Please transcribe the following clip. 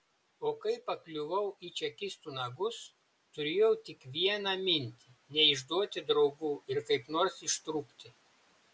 o kai pakliuvau į čekistų nagus turėjau tik vieną mintį neišduoti draugų ir kaip nors ištrūkti